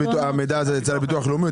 המידע הזה נמצא אצל הביטוח הלאומי.